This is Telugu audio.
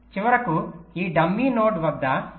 చివరకు ఈ డమ్మీ నోడ్ వద్ద ఇది మైనస్ 0